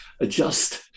adjust